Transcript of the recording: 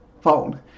phone